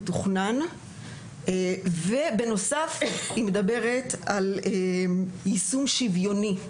מתוכנן ובנוסף היא מדברת על יישום שוויוני.